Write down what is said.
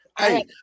Hey